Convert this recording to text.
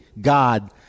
God